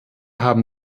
haben